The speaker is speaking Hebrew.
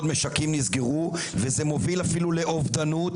משקים נסגרו וזה מוביל אפילו לאובדנות.